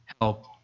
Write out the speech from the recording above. help